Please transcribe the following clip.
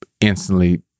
instantly